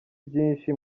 byinshi